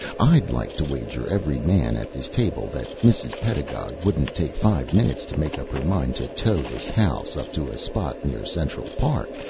i'd like to wager every man at this table that mrs. pedagog wouldn't take five minutes to make up her mind to tow this house up to a spot near central park,